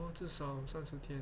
!wah! 至少三十天